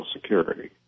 Security